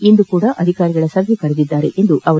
ಇಂದು ಕೂಡ ಅಧಿಕಾರಿಗಳ ಸಭೆ ಕರೆದಿದ್ದಾರೆ ಎಂದರು